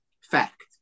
fact